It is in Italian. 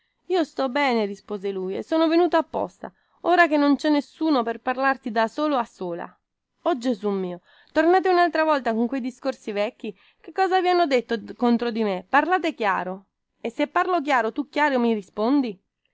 io sto bene rispose lui e son venuto apposta ora che non cè nessuno per parlarti da solo a sola o gesù mio tornate unaltra volta con quei discorsi vecchi che cosa vi hanno detto contro di me parlate chiaro e se parlo chiaro tu chiaro mi rispondi